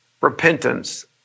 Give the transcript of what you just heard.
repentance